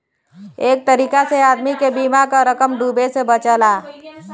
एक तरीका से आदमी के बीमा क रकम डूबे से बचला